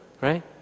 right